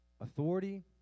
authority